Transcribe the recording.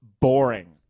boring